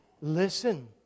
listen